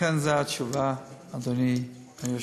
לכן, זו התשובה, אדוני היושב-ראש.